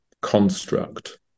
construct